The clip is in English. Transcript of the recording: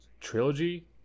trilogy